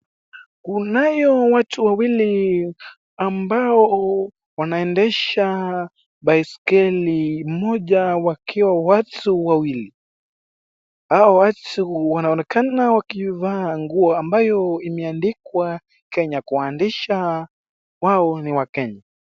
Kunayo watu wawili ambao wanaendesha baiskeli moja wakiwa watu wawili. Hawa watu wanaonekana wakivaa nguo ambayo imeandikwa Kenya, kuandisha hao ni wakenya.